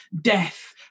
death